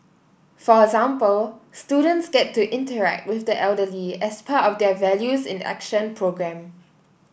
for example students get to interact with the elderly as part of their values in Action programme